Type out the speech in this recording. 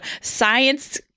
science